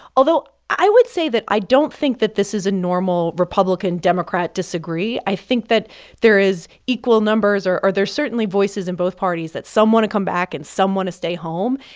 although i would say that i don't think that this is a normal republican-democrat disagree. i think that there is equal numbers or or there are certainly voices in both parties that some want to come back, and some want to stay home.